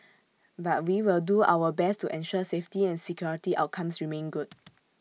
but we will do our best to ensure safety and security outcomes remain good